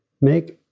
make